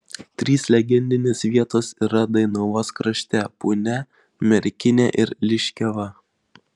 trys legendinės vietos yra dainavos krašte punia merkinė ir liškiava